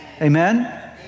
Amen